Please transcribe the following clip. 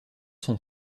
sont